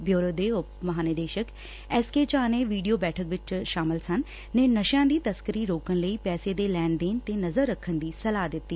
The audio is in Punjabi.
ਬਿਊਰੋ ਦੇ ਉਪ ਮਹਾਂਨਿਰਦੇਸ਼ਕ ਐਸ ਕੇ ਝਾਅ ਜੋ ਵੀਡੀਓ ਬੈਠਕ ਵਿਚ ਸ਼ਾਮਲ ਸਨ ਨੇ ਨਸ਼ਿਆਂ ਦੀ ਤਸਕਰੀ ਰੋਕਣ ਲਈ ਪੈਸੇ ਦੇ ਲੈਣ ਦੇਣ ਤੇ ਨਜ਼ਰ ਰੱਖਣ ਦੀ ਸਲਾਹ ਦਿੱਤੀ